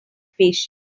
patient